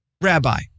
Rabbi